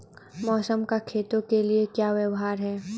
मौसम का खेतों के लिये क्या व्यवहार है?